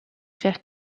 faire